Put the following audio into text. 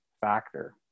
factor